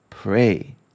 Pray